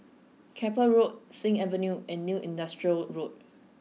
Keppel Road Sing Avenue and New Industrial Road